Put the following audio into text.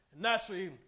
Naturally